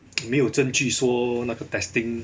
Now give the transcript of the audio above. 没有证据说那个 testing